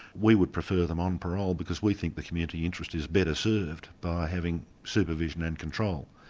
we would prefer them on parole because we think the community interest is better served by having supervision and control.